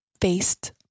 faced